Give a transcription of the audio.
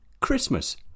Christmas